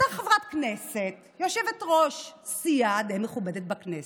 אותה חברת כנסת, יושבת-ראש סיעה די מכובדת בכנסת,